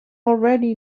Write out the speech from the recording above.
already